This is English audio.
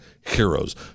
heroes